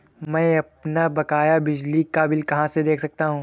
मैं अपना बकाया बिजली का बिल कहाँ से देख सकता हूँ?